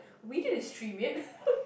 we didn't stream it